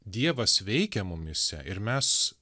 dievas veikia mumyse ir mes